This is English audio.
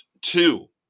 two